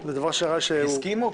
זה דבר שכולם רוצים.